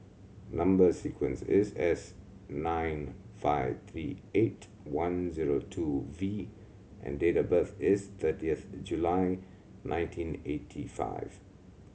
number sequence is S nine five three eight one zero two V and date of birth is thirtieth July nineteen eighty five